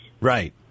Right